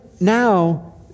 now